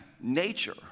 nature